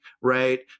right